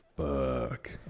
fuck